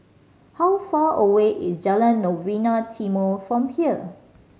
how far away is Jalan Novena Timor from here